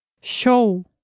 Show